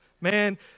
Man